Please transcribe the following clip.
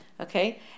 Okay